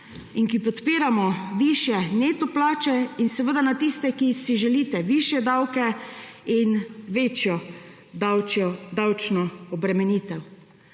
in ki podpiramo višje neto plače, in seveda na tiste, ki si želite višje davke in večjo davčno obremenitev.